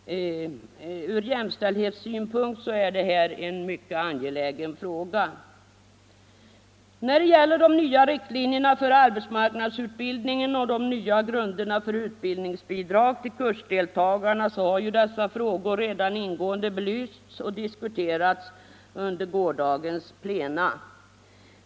Ur jämställdhetssynpunkt är detta en mycket angelägen fråga. När det gäller de nya riktlinjerna för arbetsmarknadsutbildningen och de nyä grunderna för utbildningsbidrag till kursdeltagarna, så har ju dessa frågor redan ingående belysts och diskuterats här under gårdagen.